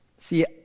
See